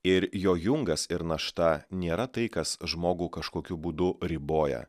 ir jo jungas ir našta nėra tai kas žmogų kažkokiu būdu riboja